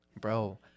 Bro